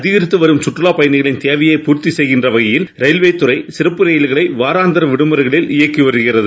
அதிகரித்துவரும்சுற்று லாப்பயணிகளின்தேவையைபூர்த்திசெய்கின்றவ கையில் ராயில்வே துறைசிறப்புரயில்களைவாராந்திரவிடுமுறைகளி ல்இயக்கிவருகிறது